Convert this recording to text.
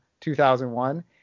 2001